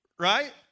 Right